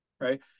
right